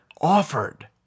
offered